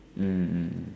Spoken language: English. mm mm mm